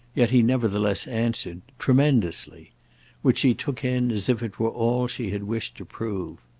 yet he nevertheless answered tremendously which she took in as if it were all she had wished to prove.